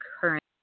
current